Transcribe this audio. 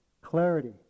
Clarity